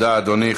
תודה, אדוני.